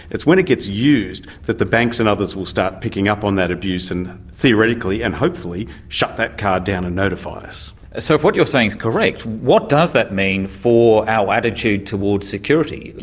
it's when it gets used that the banks and others will start picking up on that abuse and, theoretically and hopefully, shut that card down and notify us. so if what you're saying is correct, what does that mean for our attitude towards security?